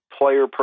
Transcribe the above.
player